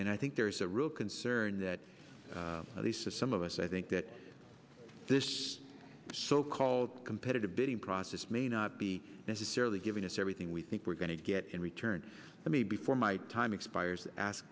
and i think there's a real concern that they said some of us i think that this so called competitive bidding process may not be necessarily giving us everything we think we're going to get in return for me before my time expires ask